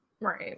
Right